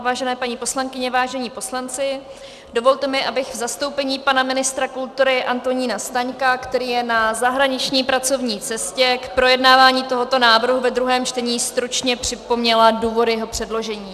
Vážené paní poslankyně, vážení poslanci, dovolte mi, abych v zastoupení pana ministra kultury Antonína Staňka, který je na zahraniční pracovní cestě, k projednávání tohoto návrhu ve druhém čtení stručně připomněla důvody jeho předložení.